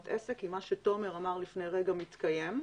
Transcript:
עסק כי מה שתומר אמר לפני רגע מתקיים.